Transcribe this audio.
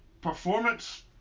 performance